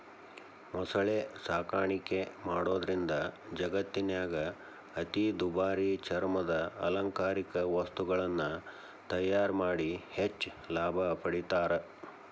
ಮೊಸಳೆ ಸಾಕಾಣಿಕೆ ಮಾಡೋದ್ರಿಂದ ಜಗತ್ತಿನ್ಯಾಗ ಅತಿ ದುಬಾರಿ ಚರ್ಮದ ಅಲಂಕಾರಿಕ ವಸ್ತುಗಳನ್ನ ತಯಾರ್ ಮಾಡಿ ಹೆಚ್ಚ್ ಲಾಭ ಪಡಿತಾರ